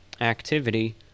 activity